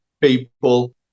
people